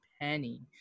penny